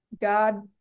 God